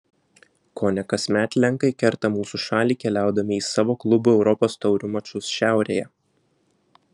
kone kasmet lenkai kerta mūsų šalį keliaudami į savo klubų europos taurių mačus šiaurėje